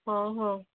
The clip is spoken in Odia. ହଁ ହଁ